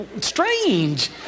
strange